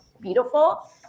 beautiful